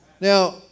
Now